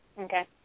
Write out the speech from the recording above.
Okay